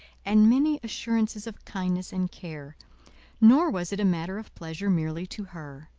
and many assurances of kindness and care nor was it a matter of pleasure merely to her.